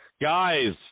Guys